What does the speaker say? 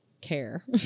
care